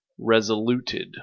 resoluted